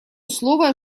слово